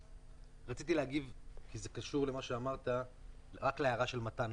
רציתי להגיב להערה של מתן.